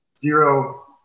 zero